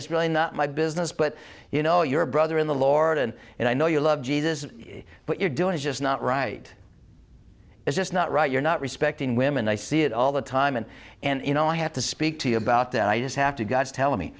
it's really not my business but you know your brother in the lord and and i know you love jesus but you're doing is just not right it's just not right you're not respecting women i see it all the time and and you know i have to speak to you about that i just have to guys tell